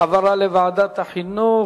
העברה לוועדת החינוך.